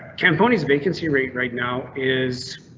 can ponies vacancy rate right now is?